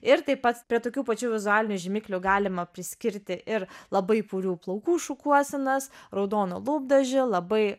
ir taip pat prie tokių pačių vizualinių žymiklių galima priskirti ir labai purių plaukų šukuosenas raudoną lūpdažį labai